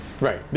Right